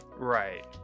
right